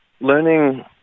learning